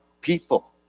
people